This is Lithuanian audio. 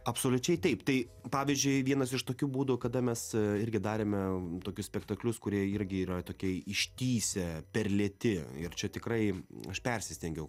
absoliučiai taip tai pavyzdžiui vienas iš tokių būdų kada mes irgi darėme tokius spektaklius kurie irgi yra tokie ištįsę per lėti ir čia tikrai aš persistengiau